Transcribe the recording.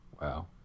wow